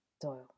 Doyle